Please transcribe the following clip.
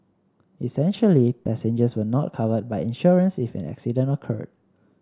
essentially passengers were not covered by insurance if an accident occurred